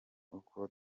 uko